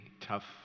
tough